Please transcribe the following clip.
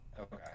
Okay